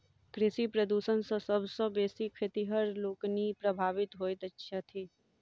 कृषि प्रदूषण सॅ सभ सॅ बेसी खेतिहर लोकनि प्रभावित होइत छथि